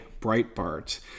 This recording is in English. Breitbart